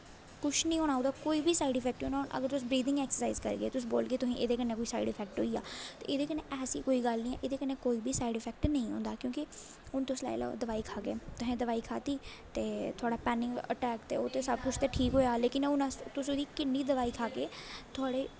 किश नी होना ओह्दा साईड इफैक्ट होना हून अगर तुस बरीथिंग ऐक्सर्साईज करगे तुस बोलगे तुसेंगी एह्दे कन्नै कोई साईड इफैक्ट होई गेआ ते एह्दे कन्नै ऐसी कोई गल्ल निं ऐ एह्दे कन्नै साईड इफैक्ट नेईं होंदा क्योंकि हून तुस लाई लैओ तुसें दोआई खाह्दी ते थोह्ड़ा पैनिक अटैक ते सब किश ते ठीक होई जाह्ग लेकिन हून तुस ओह्दी किन्नी दोआई खाह्गे थुआढ़े